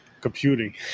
Computing